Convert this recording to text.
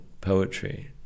poetry